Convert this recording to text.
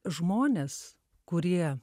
žmonės kurie